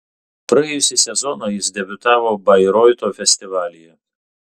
praėjusį sezoną jis debiutavo bairoito festivalyje